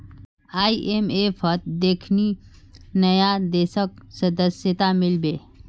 आईएमएफत देखनी नया देशक सदस्यता मिल बे